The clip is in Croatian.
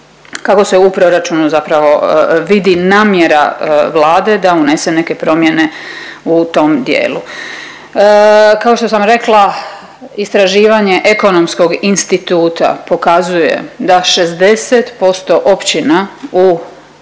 kako se u proračunu zapravo vidi namjera Vlade da unese neke promjene u tom dijelu. Kao što sam rekla istraživanje Ekonomskog instituta pokazuje da 60% općina u državi